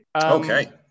Okay